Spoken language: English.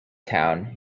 town